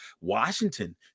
Washington